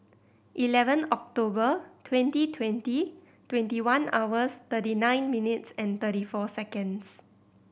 eleven October twenty twenty twenty one hours thirty nine minutes and thirty four seconds